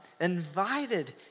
invited